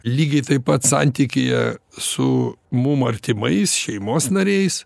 lygiai taip pat santykyje su mum artimais šeimos nariais